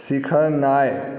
सीखनाइ